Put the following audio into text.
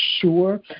sure